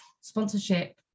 Sponsorship